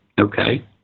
okay